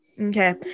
okay